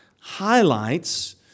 highlights